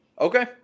Okay